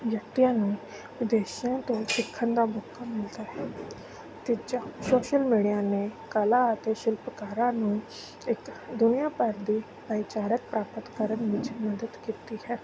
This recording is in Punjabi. ਵਿਅਕਤੀਆਂ ਨੂੰ ਉਦੇਸ਼ਾ ਤੋਂ ਸਿੱਖਣ ਦਾ ਮੌਕਾ ਮਿਲਦਾ ਹੈ ਤੀਜਾ ਸੋਸ਼ਲ ਮੀਡੀਆ ਨੇ ਕਲਾ ਅਤੇ ਸ਼ਿਲਪਕਾਰਾਂ ਨੂੰ ਦੁਨੀਆਂ ਭਰ ਦੀ ਭਾਈਚਾਰਕ ਪ੍ਰਾਪਤ ਕਰਨ ਵਿੱਚ ਮਦਦ ਕੀਤੀ ਹੈ